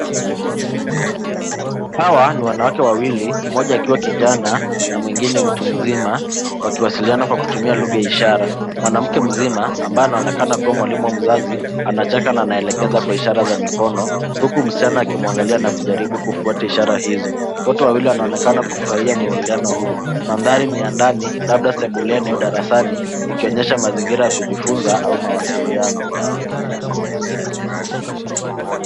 Hawa ni wanawake wawili mmoja akiwa kijana na mwingine mtu mzima, wakiwasiliana kwa kutumia lugha ya ishara. Mwanamke mzima ambaye anaonekana kama mwalimu ama mzazi, anacheza na anaelekeza kwa ishara za mikono, huku msichana akimwangalia na kujaribu kufuata ishara hizo. Wote wawili wanaonekana kufurahia mwingiliano huu. Mandhari ni ya ndani, labda sebuleni au darasani, ikionyesha mazingira ya kujifunza au mawasiliano.